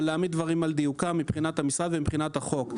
אבל נעמיד דברים על דיוקם מבחינת המשרד ומבחינת החוק: